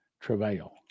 travail